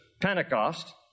Pentecost